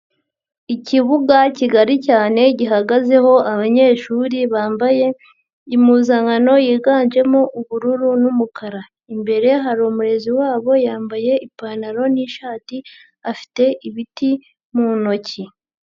Ikibuga kigari cyane gihagazeho abanyeshuri bambaye impuzankano yiganjemo ubururu n'umukara, imbere hari umurezi wabo yambaye ipantaro n'ishati afite ibiti mu ntoki.